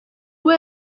buri